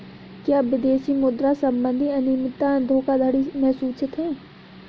क्या विदेशी मुद्रा संबंधी अनियमितताएं धोखाधड़ी में सूचित हैं?